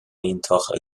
iontach